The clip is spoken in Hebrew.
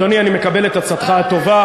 אני אשמח, אדוני, אני מקבל את עצתך הטובה.